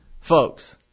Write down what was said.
folks